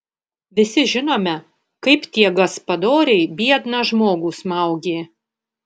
visi žinome kaip tie gaspadoriai biedną žmogų smaugė